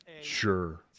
sure